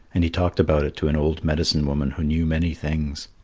and he talked about it to an old medicine-woman who knew many things.